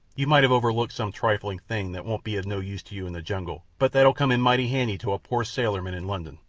you might have overlooked some trifling thing that won't be of no use to you in the jungle, but that'll come in mighty handy to a poor sailorman in london.